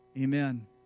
Amen